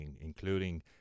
including